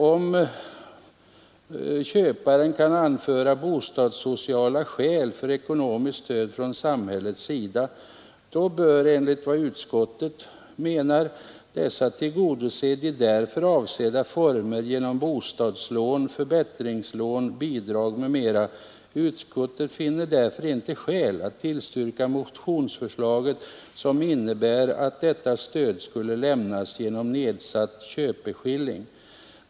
Om köparen kan anföra bostadssociala skäl för ekonomiskt stöd från samhällets sida bör enligt vad utskottet menar dessa tillgodoses i därför avsedda former genom bostadslån, förbättringslån, bidrag m.m. Utskottet finner därför inte skäl att tillstyrka motionsförslaget, som innebär att detta stöd skulle lämnas genom nedsatt köpeskilling.